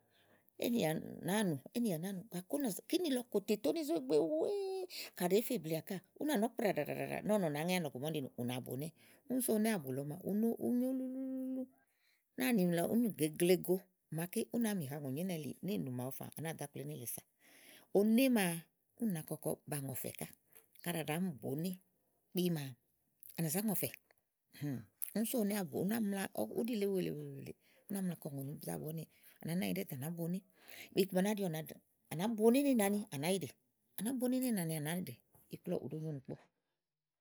éè nì yà nàáa nù éè nìyà nàá́nù gàké ú nà zá kíni lɔ kòtè úni zo ìgbè wèe kàɖi èé fe blèeèà káà ú nà nɔ̀ pràɖà ɖàɖà nɔ́ɔ̀ nɔ nàá ŋe ánɔ̀ ku màa úni ɖi ni ù na bòoné úni sú oné àbù lɔ màa ù nyo ulu ulu ulu náàni lɔ úní gèegle so màaké ú màa mì ha ùŋònyo ínɛ̀ lèe nèénù màawu fàà à nàáa dò ákple nélèe sà oné maa nèénù màawu fàà à nàáa dò ákple nélèe sà oné maa úni nàa kɔkɔ ba ŋɔ̀fɛ̀ ká kaɖi à ɖàá mi bòoné elí maa à nà zá ŋɔ̀fɛ̀ úni sú oné àbù ná mla úɖi le wèe le wèeè, ú ná mla kɔ ùŋonì zá bonéè à nàá nányi ɖɛ́ɛ́tè à nàá boné iku ma ná ɖi ɔ̀nani tè à nàá boné ni éènàani à nàá yì ɖè à nàá boné ni éènàani à nàá yiɖè iku lɔ ɖòo nyo ìnùkpo.